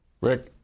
Rick